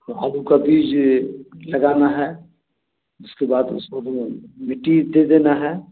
तो आलू का बीज लगाना है इसके बाद उसको मिट्टी दे देना है